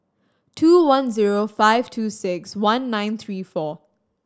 two one zero five two six one nine three four